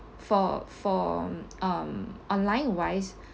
for for um online wise